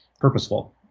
purposeful